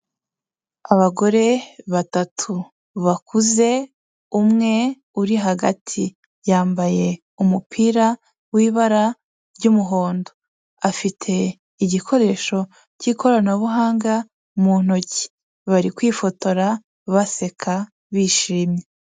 Abagore batatu bakuze, umwe uri hagati yambaye umupira wibara ry'umuhondo. Afite igikoresho cy'ikoranabuhanga mu ntoki. Bari kwifotora baseka, bishimye.